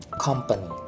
Company